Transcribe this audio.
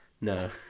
No